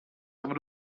aber